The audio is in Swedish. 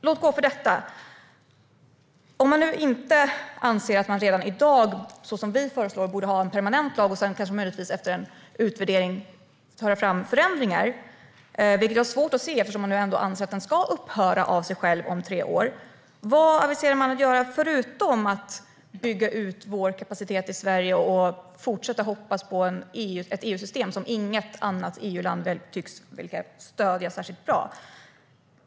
Låt gå för detta, men om man nu inte anser att man, som vi föreslår, borde ha en permanent lag redan i dag och sedan möjligtvis, efter en utvärdering, ta fram förändringar - vilket jag har svårt att se, eftersom man ändå anser att den ska upphöra av sig själv om tre år - vad aviserar man att göra förutom att bygga ut vår kapacitet i Sverige och fortsätta hoppas på ett EU-system som inget annat EU-land tycks vilja stödja?